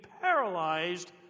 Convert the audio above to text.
paralyzed